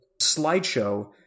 slideshow